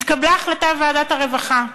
התקבלה החלטת ועדת הרווחה.